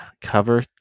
cover